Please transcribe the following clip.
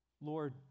Lord